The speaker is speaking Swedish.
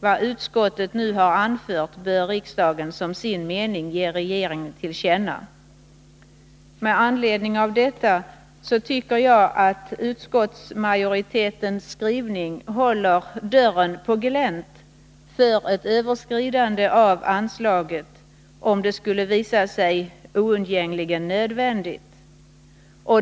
Vad utskottet nu har anfört bör riksdagen som sin mening ge regeringen till känna.” Jag anser att denna utskottsmajoritetens skrivning håller dörren på glänt för ett överskridande av anslaget, om så skulle visa sig oundgängligen nödvändigt.